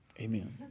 Amen